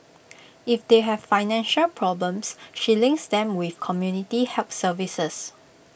if they have financial problems she links them with community help services